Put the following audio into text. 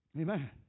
Amen